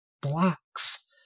blocks